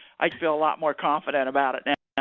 i feel a lot more confident about it now.